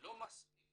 לא מספיק